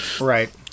Right